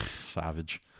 savage